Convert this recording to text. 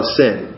sin